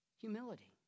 humility